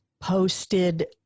posted